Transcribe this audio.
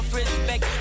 respect